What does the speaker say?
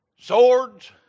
swords